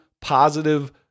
positive